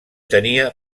tenia